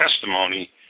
testimony